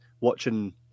watching